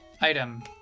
Item